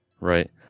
right